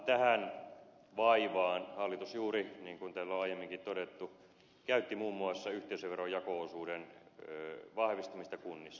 tähän vaivaan hallitus juuri käytti niin kuin täällä on aiemminkin todettu muun muassa yhteisöveron jako osuuden vahvistamista kunnissa